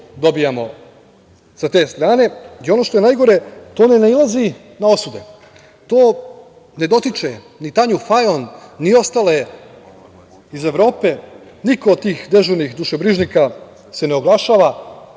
dobijamo sa te strane i ono što je najgore, to ne nailazi na osude. To ne dotiče ni Tanju Fajon ni ostale iz Evrope, niko od tih dežurnih dušebrižnika se ne oglašava,